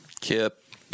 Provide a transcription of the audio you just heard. Kip